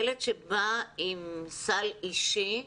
ילד שבא עם סל אישי,